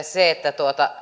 se että